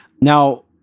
Now